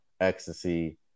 ecstasy